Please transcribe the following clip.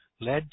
led